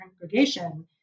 congregation